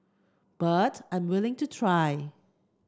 but I'm willing to try